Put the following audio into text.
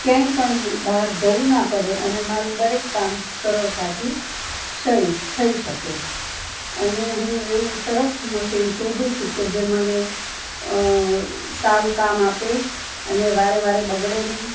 ક્યાંય પણ બહાર જવું ના પડે અને મારું દરેક કામ સરળતાથી શઈ થઈ શકે અને હું એવું સરસ મશીન શોધું છું કે જે મને સારું કામ આપે અને વારે વારે બગડે નહીં